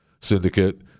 Syndicate